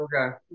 Okay